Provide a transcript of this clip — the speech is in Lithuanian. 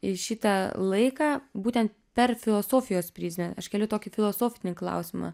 į šitą laiką būtent per filosofijos prizmę aš keliu tokį filosofinį klausimą